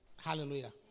Hallelujah